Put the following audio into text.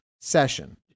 session